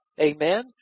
Amen